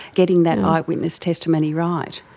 getting that eyewitness testimony right.